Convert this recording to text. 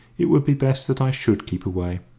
it would be best that i should keep away.